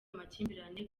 amakimbirane